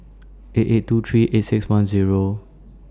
eight eight two three eight six one Zero